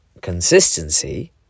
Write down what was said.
consistency